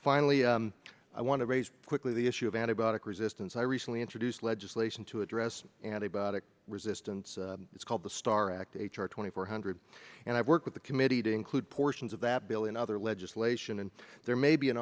finally i want to raise quickly the issue of antibiotic resistance i recently introduced legislation to address antibiotic resistance it's called the star act h r twenty four hundred and i've worked with the committee to include portions of that bill and other legislation and there may be an